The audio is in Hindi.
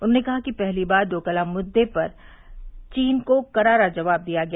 उन्होंने कहा कि पहली बार डोकलाम मुद्दे पर चीन को करारा जवाब दिया गया